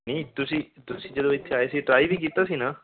ਨਹੀਂ ਤੁਸੀਂ ਤੁਸੀਂ ਜਦੋਂ ਇੱਥੇ ਆਏ ਸੀ ਟਰਾਈ ਵੀ ਕੀਤਾ ਸੀ ਨਾ